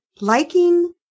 liking